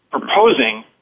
proposing